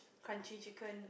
crunchy chicken